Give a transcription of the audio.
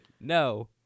No